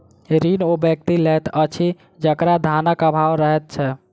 ऋण ओ व्यक्ति लैत अछि जकरा धनक आभाव रहैत छै